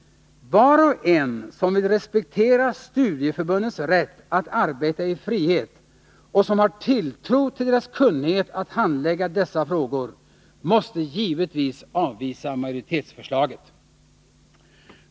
Var och en som vill respektera studieförbundens rätt att arbeta i frihet och som har tilltro till deras kunnighet att handlägga dessa frågor måste givetvis avvisa majoritetsförslaget.